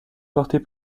portée